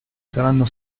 saranno